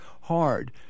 hard